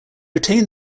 retained